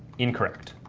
incorrect.